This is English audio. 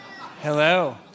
Hello